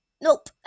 nope